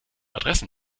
adressen